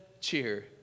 cheer